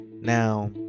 now